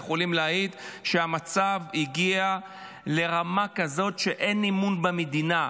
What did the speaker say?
יכולים להעיד שהמצב הגיע לרמה כזאת שאין אמון במדינה.